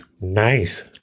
Nice